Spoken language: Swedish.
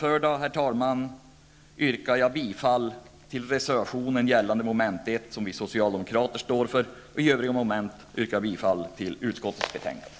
Med det anförda yrkar jag bifall till reservationen gällande mom. 1, som vi socialdemokrater står för. I övrigt yrkar jag bifall till utskottets hemställan.